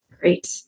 Great